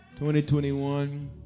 2021